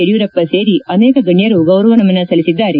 ಯಡಿಯೂರಪ್ಪ ಸೇರಿ ಅನೇಕ ಗಣ್ಣರು ಗೌರವ ನಮನ ಸಲ್ಲಿಸಿದ್ದಾರೆ